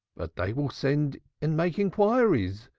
but they will send and make inquiries,